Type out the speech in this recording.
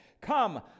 Come